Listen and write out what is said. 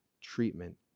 treatment